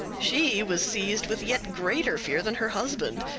she was seized with yet greater fear than her husband,